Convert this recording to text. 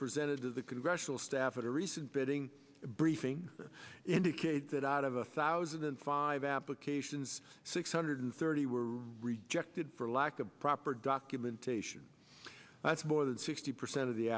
presented to the congressional staff at a recent bitting briefing indicate that out of a thousand and five applications six hundred thirty were rejected for lack of proper document taishan that's more than sixty percent of the